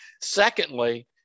Secondly